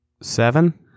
Seven